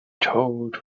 told